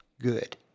good